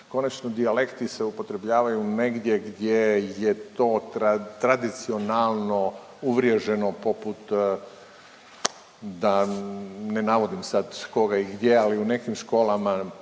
Konačno, dijalekti se upotrebljavaju negdje gdje je to tradicionalno uvriježeno poput, da ne navodim sad koga i gdje, ali u nekim školama,